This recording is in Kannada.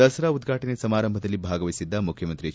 ದಸರಾ ಉದ್ವಾಟನೆ ಸಮಾರಂಭದಲ್ಲಿ ಭಾಗವಹಿಸಿದ್ದ ಮುಖ್ಯಮಂತ್ರಿ ಹೆಚ್